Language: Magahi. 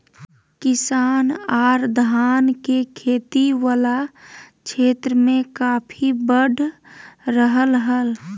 किसान आर धान के खेती वला क्षेत्र मे काफी बढ़ रहल हल